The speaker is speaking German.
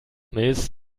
mist